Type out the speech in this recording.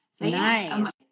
Nice